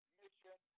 mission